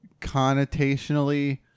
connotationally